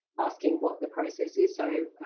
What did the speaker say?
asking what the process is. so